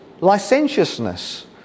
licentiousness